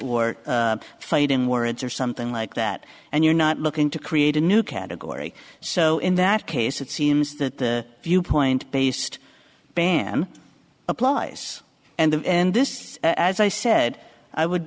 work fighting words or some unlike that and you're not looking to create a new category so in that case it seems that the viewpoint based ban applies and this as i said i would